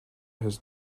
his